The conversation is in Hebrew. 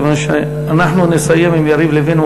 כיוון שאנחנו נסיים עם יריב לוין,